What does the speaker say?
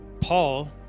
Paul